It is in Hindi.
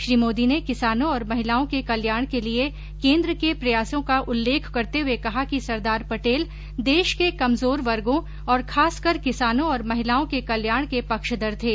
श्री मोदी ने किसानों और महिलाओं के कल्याण के लिए केन्द्र के प्रयासों का उल्लेख करते हुए कहा कि सरदार पटेल देश के कमजोर वर्गों और खासकर किसानों और महिलाओं के कल्याण के पक्षधर थे